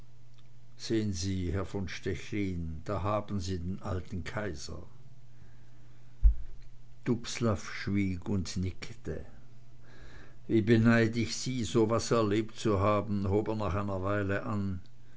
sehn sie herr von stechlin da haben sie den alten kaiser dubslav schwieg und nickte wie beneid ich sie so was erlebt zu haben hob er nach einer weile an